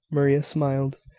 maria smiled.